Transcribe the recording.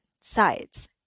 sides